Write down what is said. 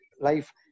life